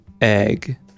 egg